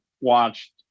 watched